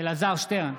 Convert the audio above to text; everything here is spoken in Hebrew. אלעזר שטרן,